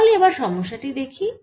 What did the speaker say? তাহলে এবার সমস্যা টি দেখি